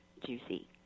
juicy